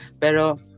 Pero